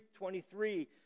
23